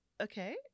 okay